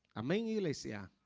a man usc yeah